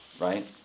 right